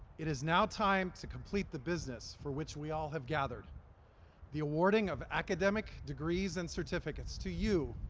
it is now time to complete the business for which we all have gathered the awarding of academic degrees and certificates to you,